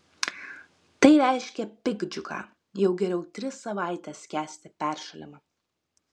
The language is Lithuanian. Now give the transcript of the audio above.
tai reiškia piktdžiugą jau geriau tris savaites kęsti peršalimą